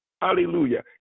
Hallelujah